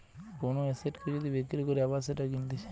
কোন এসেটকে যদি বিক্রি করে আবার সেটা কিনতেছে